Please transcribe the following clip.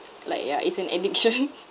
like ya it's an addiction